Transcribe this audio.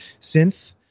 synth